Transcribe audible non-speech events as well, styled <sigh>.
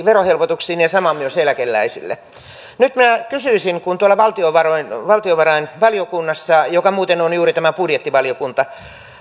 <unintelligible> verohelpotuksiin ja sama myös eläkeläisille nyt minä kysyisin kun tuolla valtiovarainvaliokunnassa joka muuten on juuri tämä budjettivaliokunta